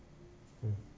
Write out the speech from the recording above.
hmm